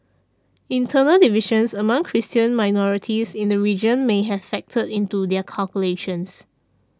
internal divisions among Christian minorities in the region may have factored into their calculations